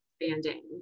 expanding